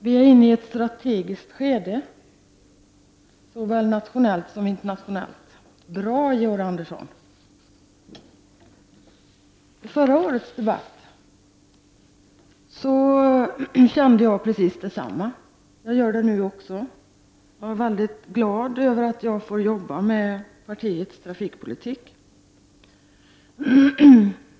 Vi är inne i ett strategiskt skede, såväl nationellt som internationellt. Bra, Georg Andersson. I förra årets debatt kände jag precis detsamma. Jag gör det nu också. Jag är mycket glad över att jag får arbeta med partiets trafikpolitik.